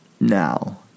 now